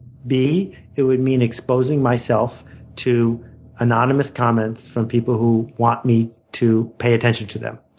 b it would mean exposing myself to anonymous comments from people who want me to pay attention to them.